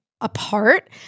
apart